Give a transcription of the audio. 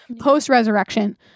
post-resurrection